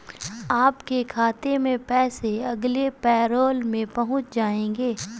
आपके खाते में पैसे अगले पैरोल में पहुँच जाएंगे